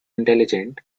intelligent